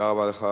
תודה רבה לכם.